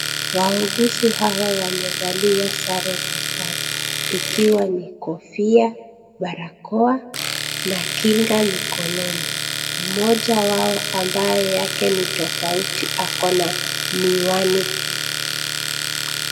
Wauguzi hawa wamevalia sare za kazi, ikiwa ni kofia, barakoa na kinga mikononi. Mmoja wao ambaye yake ni tofauti ako na miwani.